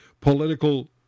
political